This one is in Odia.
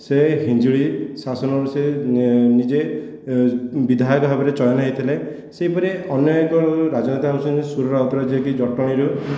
ସେ ହିଞ୍ଜିଳି ଶାସନର ସେ ନିଜେ ବିଧାୟକ ଭାବରେ ଚୟନ ହୋଇଥିଲେ ସେହିପରି ଅନେକ ରାଜନେତାଙ୍କ ସାଙ୍ଗେ ସୁର ରାଉତରାଏ ଯିଏ କି ଜଟଣୀର